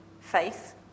faith